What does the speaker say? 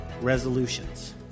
resolutions